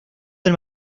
del